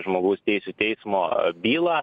žmogaus teisių teismo bylą